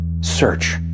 Search